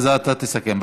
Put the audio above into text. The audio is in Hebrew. אז אתה תסכם.